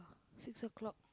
six o-clock